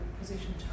position